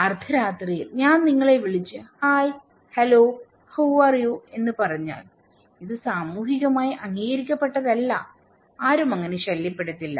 അർദ്ധരാത്രിയിൽ ഞാൻ നിങ്ങളെ വിളിച്ച് hi hello how are you എന്ന് പറഞ്ഞാൽ ഇത് സാമൂഹികമായി അംഗീകരിക്കപ്പെട്ടതല്ല ആരും അങ്ങനെ ശല്യപ്പെടുത്തില്ല